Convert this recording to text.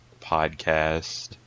podcast